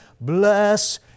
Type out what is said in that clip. bless